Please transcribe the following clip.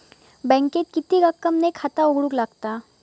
बँकेत किती रक्कम ने खाता उघडूक लागता?